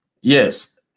Yes